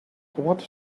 what